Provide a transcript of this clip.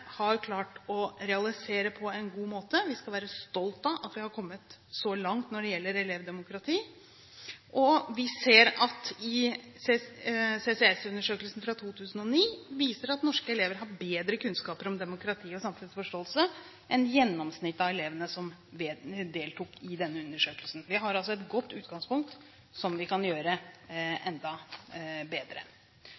har klart å realisere på en god måte. Vi skal være stolte av at vi har kommet så langt når det gjelder elevdemokrati, og vi ser at CCS-undersøkelsen fra 2009 viser at norske elever har bedre kunnskaper om demokrati- og samfunnsforståelse enn gjennomsnittet av elevene som deltok i denne undersøkelsen. Vi har altså et godt utgangspunkt som vi kan gjøre